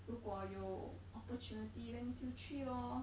如果有 opportunity then 就去 lor